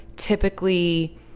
typically